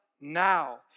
now